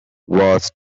was